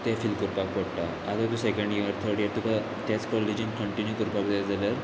ते फील करपाक पडटा आतां तूं सेकेंड इयर थर्ड इयर तुका तेच कॉलेजीन कंटिन्यू करपाक जाय जाल्यार